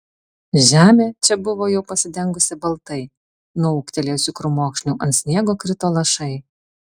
žemė čia buvo jau pasidengusi baltai nuo ūgtelėjusių krūmokšnių ant sniego krito lašai